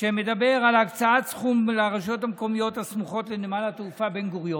שמדברת על הקצאת סכום לרשויות המקומיות הסמוכות לנמל התעופה בן-גוריון,